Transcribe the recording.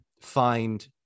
find